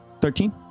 Thirteen